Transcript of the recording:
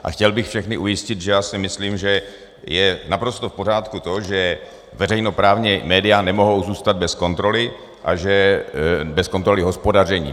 A chtěl bych všechny ujistit, že já si myslím, že je naprosto v pořádku to, že veřejnoprávní média nemohou zůstat bez kontroly hospodaření.